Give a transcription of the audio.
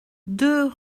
deux